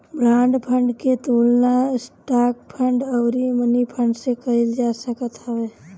bond fund के तुलना stock fund अउरी मनीफंड से कईल जा सकत हवे